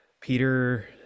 Peter